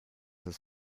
his